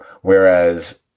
whereas